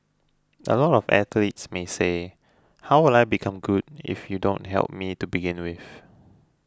a lot of athletes may say how will I become good if you don't help me to begin with